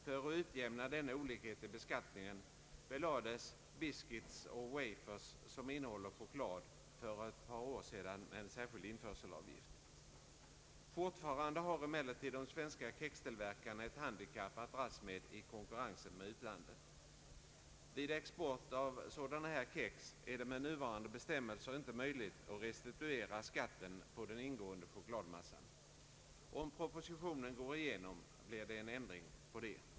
För att utjämna denna olikhet i beskattningen belades biscuits och wafers som innehåller choklad för ett par år sedan med en särskild införselavgift. Fortfarande har emellertid de svenska kextillverkarna ett handikapp i konkurrensen med utlandet. Vid export av sådana kex är det med nuvarande bestämmelser inte möjligt att restituera skatten på den chokladmassa som ingår. Om propositionen bifalles blir det en ändring härvidlag.